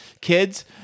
kids